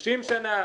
30 שנה,